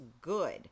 good